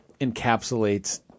encapsulates